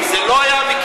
כי זה לא היה המקרה.